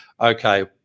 okay